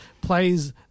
plays